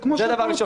זה דבר ראשון.